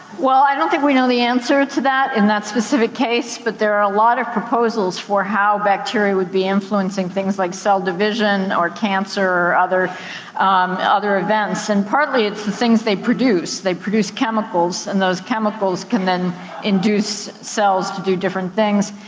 well, i don't think we know the answer to that in that specific case, but there are a lot of proposals for how bacteria would be influencing things like cell division or cancer, or other events. and partly it's the things they produce. they produce chemicals, and those chemicals can then induce cells to do different things.